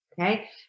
okay